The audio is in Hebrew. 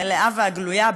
הרשימה המלאה והגלויה,